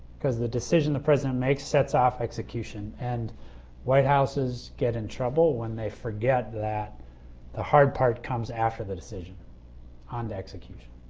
because the decision the president makes sets off execution. and white houses get in trouble when they forget that the hard part comes after the decision on the execution.